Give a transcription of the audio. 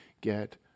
get